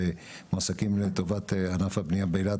שכרגע מועסקים לטובת ענף הבנייה באילת,